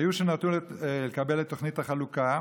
היו שנטו לקבל את תוכנית החלוקה,